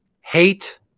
hate